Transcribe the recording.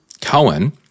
Cohen